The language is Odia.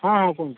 ହଁ ହଁ କୁହନ୍ତୁ